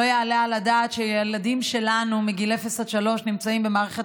לא יעלה על הדעת שהילדים שלנו בגיל אפס עד שלוש נמצאים במערכת